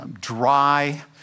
dry